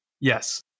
Yes